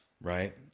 Right